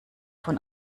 von